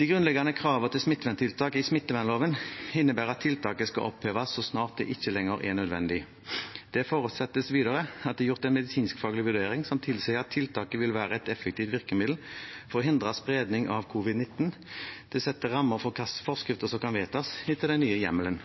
De grunnleggende kravene til smitteverntiltak i smittevernloven innebærer at tiltaket skal oppheves så snart det ikke lenger er nødvendig. Det forutsettes videre at det er gjort en medisinsk-faglig vurdering som tilsier at tiltaket vil være et effektivt virkemiddel for å hindre spredning av covid-19, og det setter rammer for hva slags forskrifter som kan vedtas etter den nye hjemmelen.